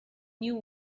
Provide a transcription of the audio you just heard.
knew